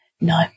No